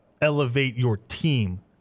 elevate-your-team